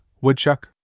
Woodchuck